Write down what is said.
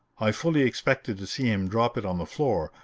i fully expected to see him drop it on the floor,